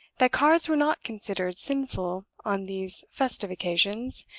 that cards were not considered sinful on these festive occasions,